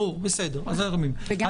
אנחנו רואים גם עוד